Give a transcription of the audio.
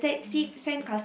five six